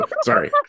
Sorry